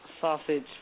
sausage